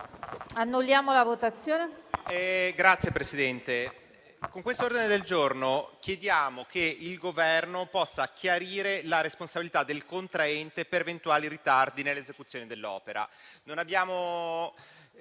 con questo ordine del giorno si chiede che il Governo possa chiarire la responsabilità del contraente per eventuali ritardi nell'esecuzione dell'opera. Non abbiamo